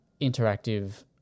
interactive